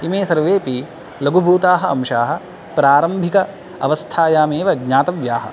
इमे सर्वेपि लघुभूताः अंशाः प्रारम्भिक अवस्थायाम् एव ज्ञातव्याः